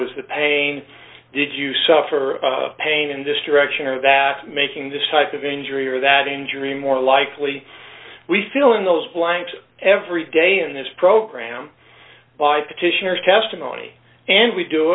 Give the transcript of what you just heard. was the pain did you suffer pain and destruction or that making this type of injury or that injury more likely we feel in those blanks every day in this program by petitioners testimony and we do